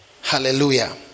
Hallelujah